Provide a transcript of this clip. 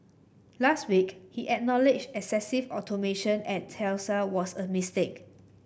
last week he excessive automation at Tesla was a mistake